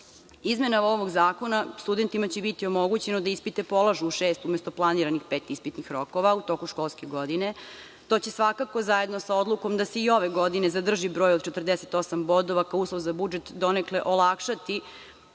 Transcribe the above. itd. Izmenama ovog zakona studentima će biti omogućeno da ispite polažu u šest, umesto planiranih pet ispitnih rokova u toku školske godine. To će svakako, zajedno sa odlukom da se i ove godine zadrži broj od 48 bodova kao uslov za budžet, donekle olakšati